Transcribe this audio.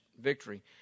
victory